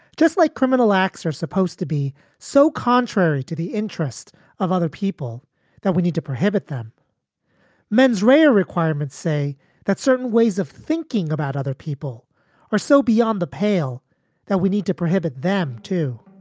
just like criminal acts are supposed to be so contrary to the interest of other people that we need to prohibit them mens rea a requirements say that certain ways of thinking about other people are so beyond the pale that we need to prohibit them too.